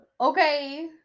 okay